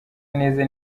neza